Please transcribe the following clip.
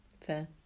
Fair